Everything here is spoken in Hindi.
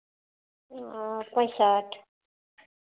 पैंसठ